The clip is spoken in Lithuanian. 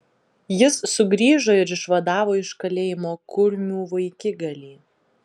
jis sugrįžo ir išvadavo iš kalėjimo kurmių vaikigalį